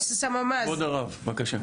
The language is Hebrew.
המשטרה, בבקשה.